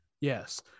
yes